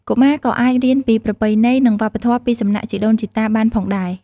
កុមារក៏អាចរៀនពីប្រពៃណី និងវប្បធម៌ ពីសំណាក់ជីដូនជីតាបានផងដែរ។